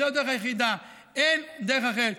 זאת הדרך היחידה, אין דרך אחרת.